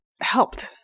helped